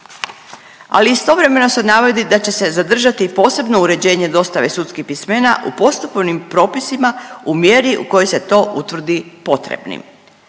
Ali, istovremeno se navodi da će se zadržati posebno uređenje dostave sudskih pismena u postupovnim u mjeri u kojoj se to utvrdi potrebnim.